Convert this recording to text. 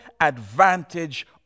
advantage